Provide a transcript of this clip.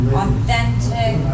authentic